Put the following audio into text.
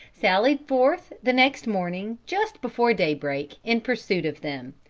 sallied forth the next morning, just before daybreak, in pursuit of them.